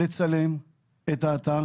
לצלם את האתר